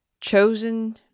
Chosen